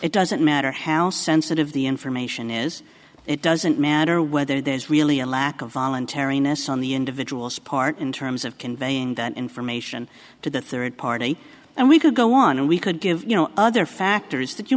it doesn't matter how sensitive the information is it doesn't matter whether there's really a lack of voluntariness on the individual's part in terms of conveying that information to the third party and we could go on and we could give you know other factors that you